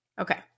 Okay